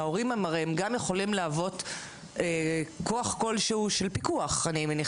ההורים גם יכולים להוות כוח פיקוח וכוח מסייע